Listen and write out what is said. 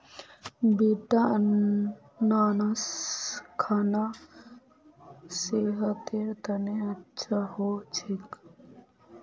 बेटा अनन्नास खाना सेहतेर तने अच्छा हो छेक